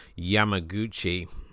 Yamaguchi